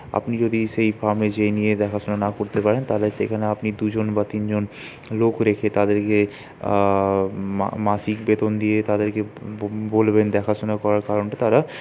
আপনি যদি সেই ফার্মে যেয়ে নিয়ে দেখাশোনা না করতে পারেন তাহলে সেখানে আপনি দুজন বা তিনজন লোক রেখে তাদেরকে মাসিক বেতন দিয়ে তাদেরকে বলবেন দেখাশোনা করার কারণটা তারা